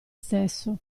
stesso